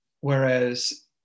whereas